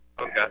Okay